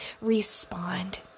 respond